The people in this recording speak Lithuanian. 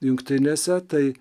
jungtinėse tai